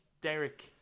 Derek